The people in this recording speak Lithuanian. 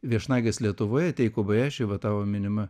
viešnagės lietuvoje teiko baješi va tavo minima